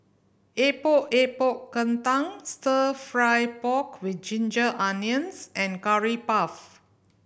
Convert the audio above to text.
Epok Epok Kentang Stir Fry pork with ginger onions and Curry Puff